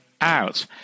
out